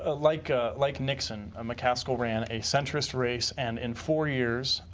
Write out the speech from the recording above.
ah like ah like nixon, ah mccaskill rain a centrist race, and in four years,